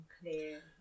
clear